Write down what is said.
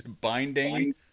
binding